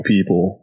People